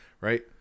Right